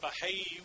behave